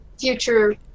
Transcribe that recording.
future